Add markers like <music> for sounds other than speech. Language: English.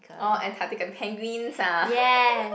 oh Antarctica the penguins ah <laughs>